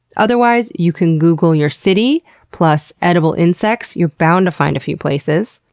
otherwise you can google your city plus edible insects. you're bound to find a few places,